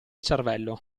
cervello